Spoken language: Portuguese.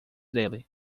dele